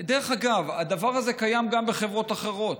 דרך אגב, הדבר הזה קיים גם בחברות אחרות.